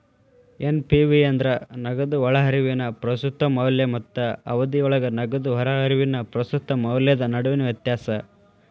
NPV ಅಂದ್ರ ನಗದು ಒಳಹರಿವಿನ ಪ್ರಸ್ತುತ ಮೌಲ್ಯ ಮತ್ತ ಅವಧಿಯೊಳಗ ನಗದು ಹೊರಹರಿವಿನ ಪ್ರಸ್ತುತ ಮೌಲ್ಯದ ನಡುವಿನ ವ್ಯತ್ಯಾಸ